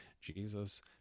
Jesus